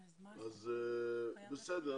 בסדר,